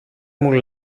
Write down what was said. μου